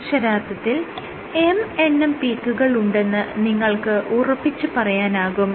അക്ഷരാർത്ഥത്തിൽ M എണ്ണം പീക്കുകൾ ഉണ്ടെന്ന് നിങ്ങൾക്ക് ഉറപ്പിച്ച് പറയാനാകും